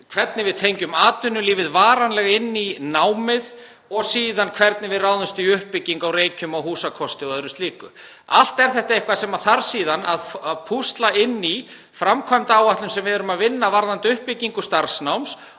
hvernig við tengjum atvinnulífið varanlega inn í námið og síðan hvernig við ráðumst í uppbyggingu á Reykjum á húsakosti og öðru slíku. Allt er þetta eitthvað sem þarf síðan að púsla inn í framkvæmdaáætlun sem við erum að vinna varðandi uppbyggingu starfsnáms.